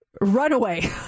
Runaway